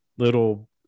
little